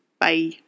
Bye